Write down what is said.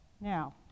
Now